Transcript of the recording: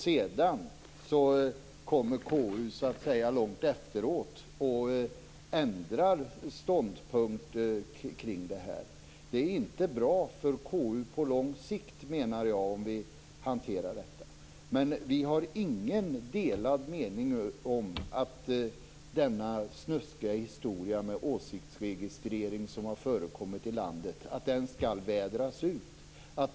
Sedan kommer KU långt efteråt och ändrar ståndpunkt kring detta. Jag menar att det inte är bra för KU på lång sikt om vi hanterar saker på detta sätt. Men vi har inga delade meningar om att den snuskiga historien med åsiktsregistrering som har förekommit i landet skall vädras ut.